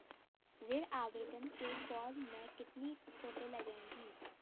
ऋण आवेदन के फॉर्म में कितनी फोटो लगेंगी?